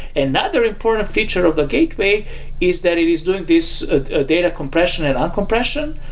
another important feature of the gateway is that it is doing this data compression and uncompression.